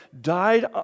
died